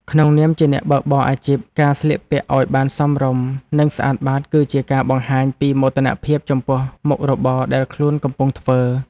ក្នុងនាមជាអ្នកបើកបរអាជីពការស្លៀកពាក់ឱ្យបានសមរម្យនិងស្អាតបាតគឺជាការបង្ហាញពីមោទនភាពចំពោះមុខរបរដែលខ្លួនកំពុងធ្វើ។